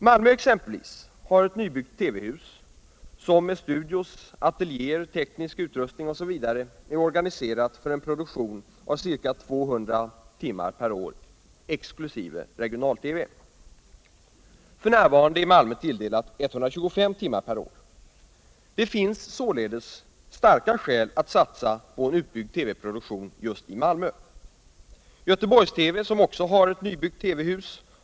Malmö har ett nybyggt TV-hus som med studio, ateljéer, teknisk utrustning osv. är organiserat för en produktion av ca 200 timmar per år exkl. regional-TV. F.n. är Malmö tilldelat 125 timmar per år. Det finns således starka skäl för att satsa på en utbyggd TV-produktion just i Malmö. Göteborgstelevisionen. som också har ett nybyggt TV-hus.